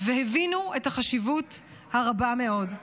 והבינו את החשיבות הרבה מאוד.